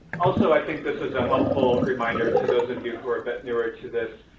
also i think this is a helpful reminder to those of you who are a bit newer to this,